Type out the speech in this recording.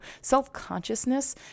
Self-consciousness